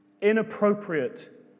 inappropriate